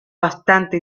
bastante